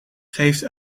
geeft